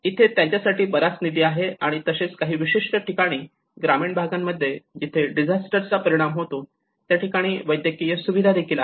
इथे त्यांच्याकडे बराच निधी आहे आणि तसेच काही विशिष्ट ठिकाणी ग्रामीण भागामध्ये जिथे डिझास्टर चा परिणाम होतो त्या ठिकाणी वैद्यकीय सुविधा देखील आहेत